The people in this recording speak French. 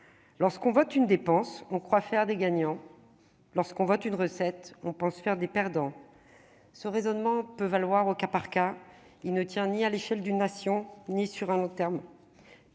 lorsqu'on vote une dépense, on croit faire des gagnants ; lorsqu'on vote une recette, on pense faire des perdants. Ce raisonnement peut valoir au cas par cas, mais ne tient ni à l'échelle d'une nation ni sur le long terme.